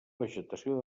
vegetació